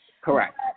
Correct